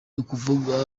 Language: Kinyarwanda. ukuvuga